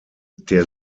der